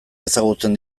ezagutzen